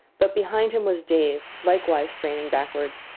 but behind him was dave, likewise straining backward,